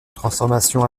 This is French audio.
transformation